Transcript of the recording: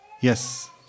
Yes